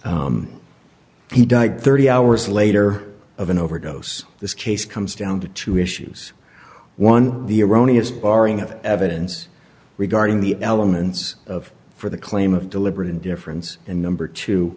jail he died thirty hours later of an overdose this case comes down to two issues one the erroneous barring of evidence regarding the elements of for the claim of deliberate indifference and number two